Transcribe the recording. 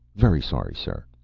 very sorry, sir.